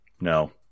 No